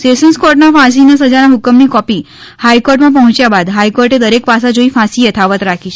sessions કોર્ટના ફાંસીની સજાના હુકમની કોપી હાઇકોર્ટમાં પહોંચ્યા બાદ હાઇકોર્ટે દરેક પાસા જોઇ ફાંસી યથાવત રાખી છે